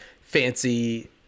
fancy